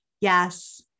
Yes